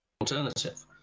alternative